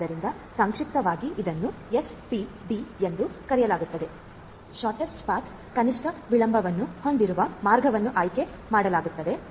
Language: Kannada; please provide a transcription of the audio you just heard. ಆದ್ದರಿಂದ ಸಂಕ್ಷಿಪ್ತವಾಗಿ ಇದನ್ನು ಎಸ್ಪಿಡಿ ಎಂದು ಕರೆಯಲಾಗುತ್ತದೆ ಶೊರ್ಟ್ಸ್ಟ್ ಪಥ ಕನಿಷ್ಠ ವಿಳಂಬವನ್ನು ಹೊಂದಿರುವ ಮಾರ್ಗವನ್ನು ಆಯ್ಕೆ ಮಾಡಲಾಗುವುದು